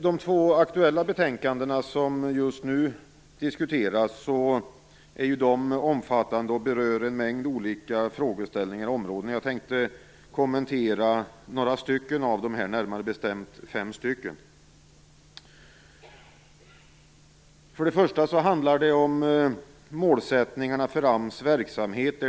De två aktuella betänkanden som nu diskuteras är omfattande och berör en mängd olika frågeställningar och områden. Jag tänkte kommentera några av dem här, närmare bestämt fem stycken. Det första område jag vill ta upp är målsättningarna för AMS verksamhet.